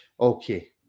Okay